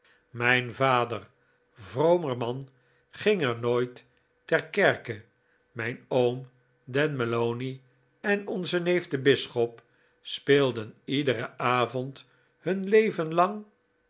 mijn vader vromer man ging er nooit ter kerke mijn oom dan malony en onze neef de bisschop speelden iederen avond hun leven lang